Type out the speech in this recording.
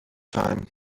time